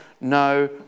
no